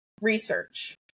research